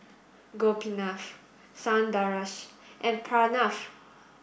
Gopinath Sundaresh and Pranav